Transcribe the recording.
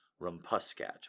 Rumpuscat